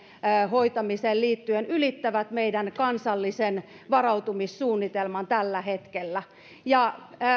hoitamiseen ylittävät meidän kansallisen varautumissuunnitelmamme tällä hetkellä